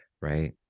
right